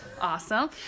Awesome